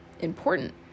important